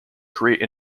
create